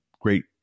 great